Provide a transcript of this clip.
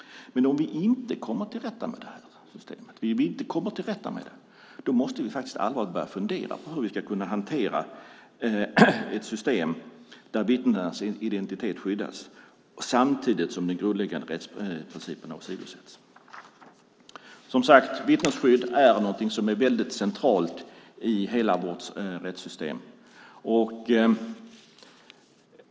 Men om vi inte kommer till rätta med det här problemet måste vi allvarligt börja fundera på hur vi ska kunna hantera ett system där vittnenas identitet skyddas samtidigt som den grundläggande rättsprincipen inte åsidosätts. Vittnesskydd är väldigt centralt i hela vårt rättssystem.